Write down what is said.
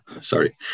Sorry